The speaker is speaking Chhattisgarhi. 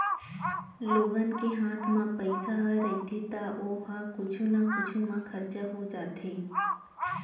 लोगन के हात म पइसा ह रहिथे त ओ ह कुछु न कुछु म खरचा हो जाथे